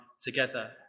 together